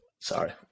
Sorry